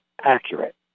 accurate